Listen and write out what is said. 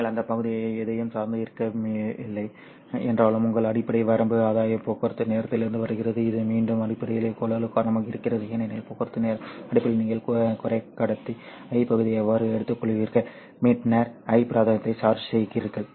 நீங்கள் அந்த பகுதியை எதையும் சார்ந்து இருக்கவில்லை என்றாலும் உங்கள் அடிப்படை வரம்பு ஆதாயம் போக்குவரத்து நேரத்திலிருந்து வருகிறது இது மீண்டும் அடிப்படையில் கொள்ளளவு காரணமாக இருக்கிறது ஏனெனில் போக்குவரத்து நேரம் அடிப்படையில் நீங்கள் குறைக்கடத்தி I பகுதியை எவ்வாறு எடுத்துக்கொள்கிறீர்கள் பின்னர் I பிராந்தியத்தை சார்ஜ் செய்கிறீர்கள்